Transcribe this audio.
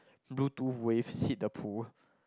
bluetooth wave hits the pool